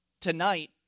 tonight